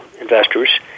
investors